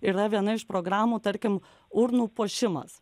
ir yra viena iš programų tarkim urnų puošimas